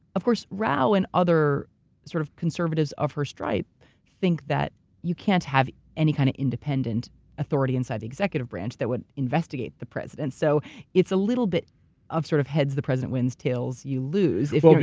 of course, rao and other sort of conservatives of her stripe think that you can't have any kind of independent authority inside the executive branch that would investigate the president. so it's a little bit of sort of heads, the president wins, tails you lose if ah chris